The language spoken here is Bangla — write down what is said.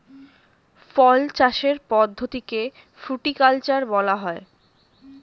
ফল চাষের পদ্ধতিকে ফ্রুটিকালচার বলা হয়